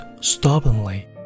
stubbornly